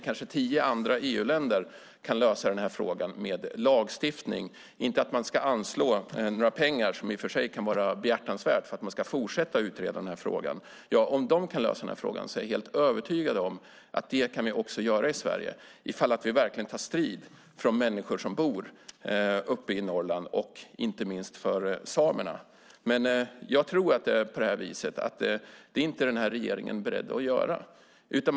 Kan åtta nio andra EU-länder lösa denna fråga med lagstiftning - inte att man ska anslå pengar, vilket i och för sig kan vara behjärtansvärt för att fortsätta utreda frågan - är jag helt övertygad om att Sverige också kan göra det. Vi måste ta strid för de människor som bor i Norrland och inte minst för samerna, men jag tror inte att regeringen är beredd att göra det.